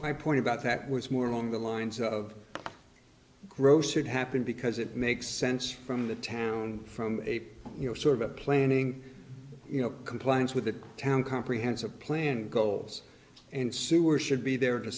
my point about that was more along the lines of gross it happened because it makes sense from the town from you know sort of planning you know compliance with the town comprehensive plan goals and sewer should be there to